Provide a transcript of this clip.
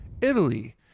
Italy